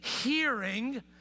hearing